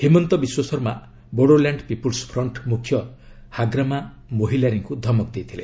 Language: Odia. ହିମନ୍ତ ବିଶ୍ୱଶର୍ମା ବୋଡୋଲ୍ୟାଣ୍ଡ ପିପୁଲ୍ ଫ୍ରଣ୍ଣ ମୁଖ୍ୟ ହାଗ୍ରାମା ମୋହିଲାରିଙ୍କୁ ଧମକ ଦେଇଥିଲେ